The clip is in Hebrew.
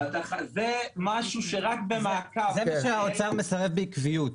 זה דבר שרק במעקב --- לזה משרד האוצר מסרב בעקביות.